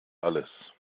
alles